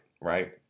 right